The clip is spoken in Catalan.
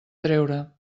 treure